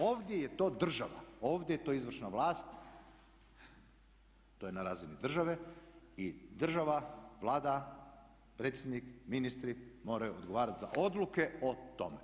Ovdje je to država, ovdje je to izvršna vlast, to je na razini države i država, Vlada, predsjednik, ministri moraju odgovarati za odluke o tome.